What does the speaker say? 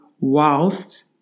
whilst